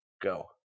Go